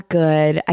good